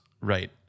Right